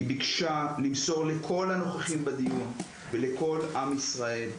היא ביקשה למסור לכל הנוכחים בדיון ולכל עם ישראל,